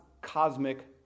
cosmic